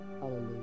hallelujah